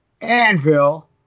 Anvil